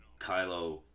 Kylo